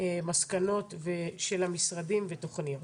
מסקנות של המשרדים, ותוכניות.